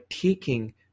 taking